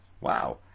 Wow